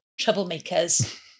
troublemakers